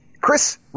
Chris